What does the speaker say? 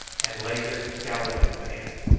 and lay there scowling at the man.